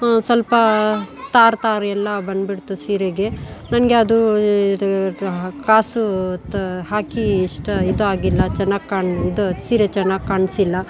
ಸ್ವಲ್ಪ ತಾರ್ ತಾರ್ ಎಲ್ಲ ಬಂದ್ಬಿಡ್ತು ಸೀರೆಗೆ ನನಗೆ ಅದು ಇದು ಕಾಸು ಹಾಕಿ ಅಷ್ಟು ಇದು ಆಗಿಲ್ಲ ಚೆನ್ನಾಗಿ ಕಾಣ್ದೆ ಸೀರೆ ಚೆನ್ನಾಗಿ ಕಾಣಿಸಿಲ್ಲ